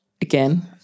again